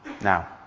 Now